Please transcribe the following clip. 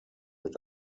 mit